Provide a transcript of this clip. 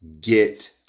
get